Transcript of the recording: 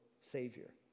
Savior